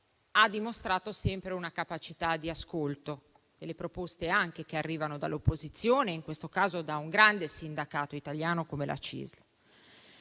ha dimostrato sempre una capacità di ascolto, anche per le proposte che arrivano dall'opposizione, in questo caso da un grande sindacato italiano come la CISL.